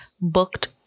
booked